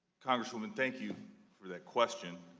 congresswoman, thank you for that question,